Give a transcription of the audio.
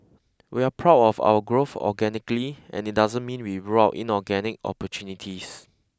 we're proud of our growth organically and it doesn't mean we rule out inorganic opportunities